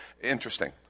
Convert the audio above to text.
Interesting